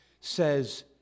says